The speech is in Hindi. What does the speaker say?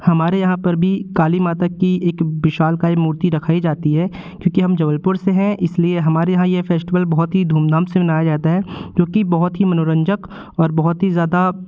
हमारे यहाँ पर भी काली माता की एक विशालकाय मूर्ति रखाई जाती है क्योंकि हम जबलपुर से हैं इसलिए हमारे यहाँ ये फेस्टिवल बहुत ही धूमधाम से मनाया जाता है जो कि बहुत ही मनोरंजक और बहुत ही ज़्यादा